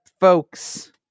folks